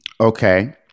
Okay